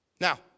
Now